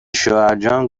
شوهرجان